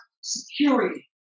security